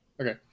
Okay